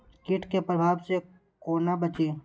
कीट के प्रभाव से कोना बचीं?